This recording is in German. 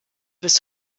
bis